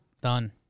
Done